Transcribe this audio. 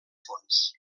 fons